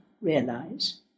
realize